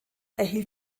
erhielt